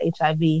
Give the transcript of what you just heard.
HIV